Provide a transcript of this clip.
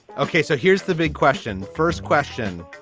ok, so here's the big question. first question,